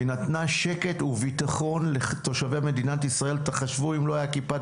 היא נתנה שקט וביטחון לתושבי מדינת ישראל תחשבו אם לא היה כיפת